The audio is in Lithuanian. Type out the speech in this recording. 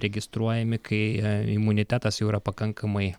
registruojami kai imunitetas jau yra pakankamai